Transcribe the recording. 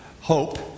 hope